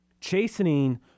chastening